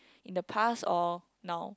in the past or now